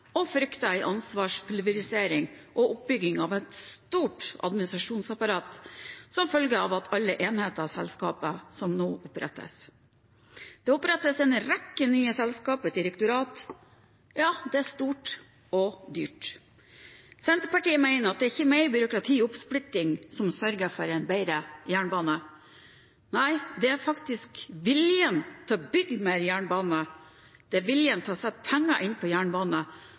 og frykter en ansvarspulverisering og oppbygging av et stort administrasjonsapparat som følge av alle enheter og selskaper som nå opprettes. Det opprettes en rekke nye selskaper og et direktorat, og det er stort og dyrt. Senterpartiet mener at det ikke er mer byråkrati og oppsplitting som sørger for en bedre jernbane – nei, det er faktisk viljen til å bygge mer jernbane og viljen til å satse penger på jernbane